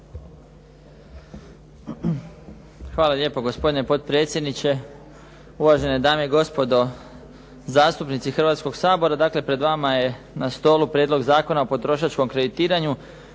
Hvala lijepo gospodine potpredsjedniče, uvažene dame i gospodo zastupnici Hrvatskog sabora. Dakle, pred vama je na stolu Prijedlog zakona o potrošačkom kreditiranju.